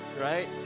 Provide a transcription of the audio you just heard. right